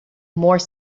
more